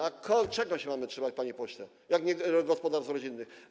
A czego się mamy trzymać, panie pośle, jak nie gospodarstw rodzinnych?